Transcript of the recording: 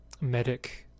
medic